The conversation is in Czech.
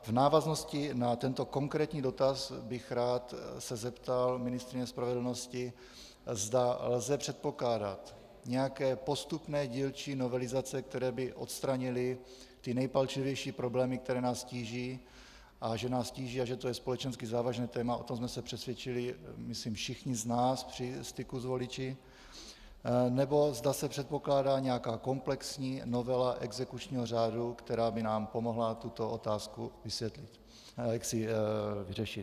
V návaznosti na tento konkrétní dotaz bych se rád zeptal ministryně spravedlnosti, zda lze předpokládat nějaké postupné dílčí novelizace, které by odstranily nejpalčivější problémy, které nás tíží a že nás tíží a že to je společensky závažné téma, o tom jsme se přesvědčili myslím všichni z nás při styku s voliči , nebo zda se předpokládá nějaká komplexní novela exekučního řádu, která by nám pomohla tuto otázku vyřešit.